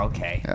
Okay